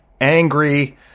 angry